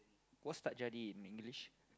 what's tak jadi in English